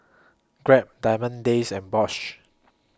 Grab Diamond Days and Bosch